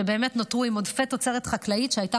שנותרו עם עודפי תוצרת חקלאית שהייתה